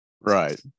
right